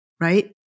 right